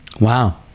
Wow